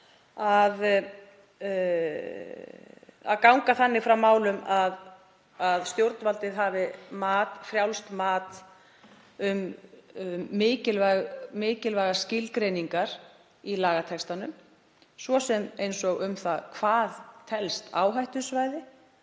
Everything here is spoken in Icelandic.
að ganga þannig frá málum að stjórnvald hafi frjálst mat um mikilvægar skilgreiningar í lagatextanum, svo sem eins og um það hvað telst áhættusvæði,